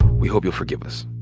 we hope you'll forgive us.